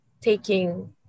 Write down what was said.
Taking